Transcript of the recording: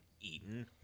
eaten